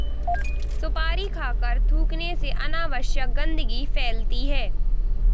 सुपारी खाकर थूखने से अनावश्यक गंदगी फैलती है